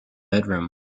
bedroom